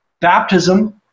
baptism